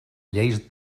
lleis